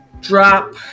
drop